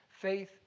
faith